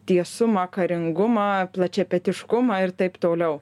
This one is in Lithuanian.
tiesumą karingumą plačiapetiškumą ir taip toliau